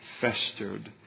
festered